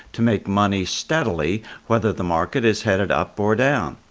to make money steadily whether the market is headed up or down.